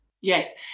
Yes